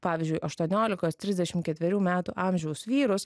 pavyzdžiui aštuoniolikos trisdešimt ketverių metų amžiaus vyrus